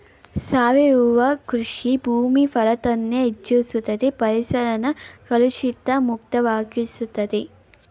ಸಾವಯವ ಕೃಷಿ ಭೂಮಿ ಫಲವತ್ತತೆನ ಹೆಚ್ಚುಸ್ತದೆ ಪರಿಸರನ ಕಲುಷಿತ ಮುಕ್ತ ವಾಗಿಸ್ತದೆ